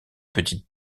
petite